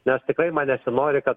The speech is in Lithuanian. nes tikrai man nesinori kad